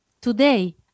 Today